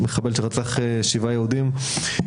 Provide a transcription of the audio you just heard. מחבל שרצח שבעה יהודים,